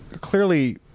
clearly